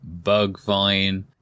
Bugvine